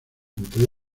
entre